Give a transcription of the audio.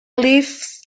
leaves